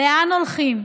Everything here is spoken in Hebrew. לאן הולכים?